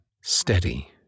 steady